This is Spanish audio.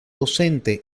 docente